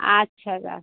আচ্ছা রা